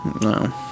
No